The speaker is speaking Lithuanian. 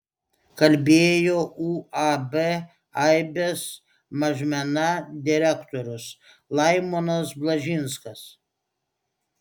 kalbėjo uab aibės mažmena direktorius laimonas blažinskas